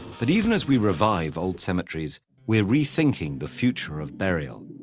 but even as we revive old cemeteries, we're rethinking the future of burial.